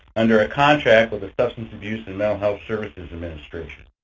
under a contract with the substance abuse and mental health services administration,